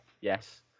Yes